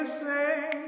sing